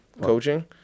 coaching